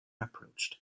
approached